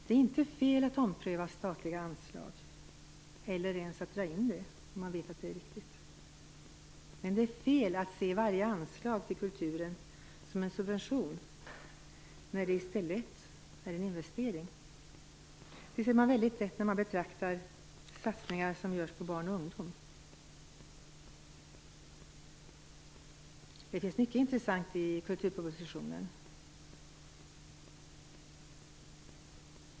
Det är inte fel att ompröva statliga anslag eller ens att dra in dem, om man vet att det är riktigt. Men det är fel att se varje anslag till kulturen som en subvention när det i stället är en investering. Det ser man lätt när man betraktar satsningar som görs på barn och ungdom. Det finns mycket intressant i kulturpropositionen.